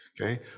Okay